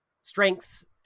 strengths